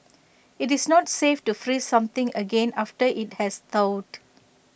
IT is not safe to freeze something again after IT has thawed